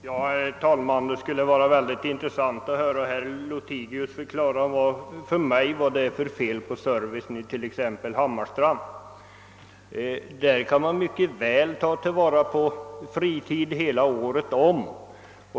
Herr talman! Det skulle vara mycket intressant att höra herr Lothigius förklara vad det är för fel på servicen exempelvis i Hammarstrand. Där kan man mycket väl ta vara på fritiden hela året om.